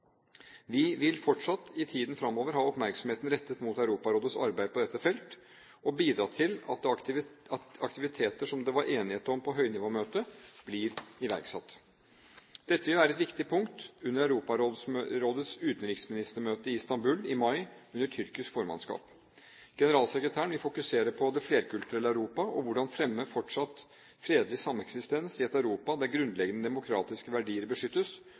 Vi vil fortsatt i tiden fremover ha oppmerksomheten rettet mot Europarådets arbeid på dette felt og bidra til at aktiviteter som det var enighet om på høynivåmøtet, blir iverksatt. Dette vil være et viktig punkt under Europarådets utenriksministermøte i Istanbul i mai under tyrkisk formannskap. Generalsekretæren vil fokusere på det flerkulturelle Europa, og på hvordan man skal fremme fortsatt fredelig sameksistens i et Europa der grunnleggende demokratiske verdier beskyttes